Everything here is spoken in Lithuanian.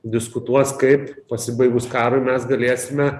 diskutuos kaip pasibaigus karui mes galėsime